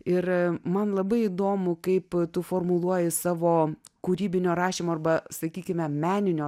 ir man labai įdomu kaip tu formuluoji savo kūrybinio rašymo arba sakykime meninio